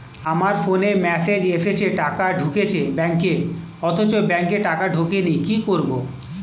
আমার ফোনে মেসেজ এসেছে টাকা ঢুকেছে ব্যাঙ্কে অথচ ব্যাংকে টাকা ঢোকেনি কি করবো?